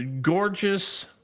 gorgeous